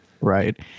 Right